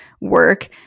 work